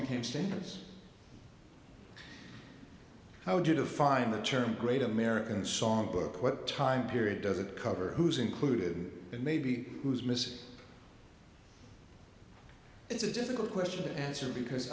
became strangers how did a find the term great american songbook what time period does it cover who's included and maybe who's missing it's a difficult question to answer because